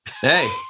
Hey